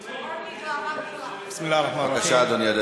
אותי, בבקשה, אדוני.